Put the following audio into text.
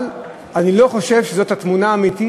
אבל אני לא חושב שזאת התמונה האמיתית